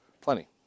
Plenty